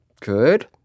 good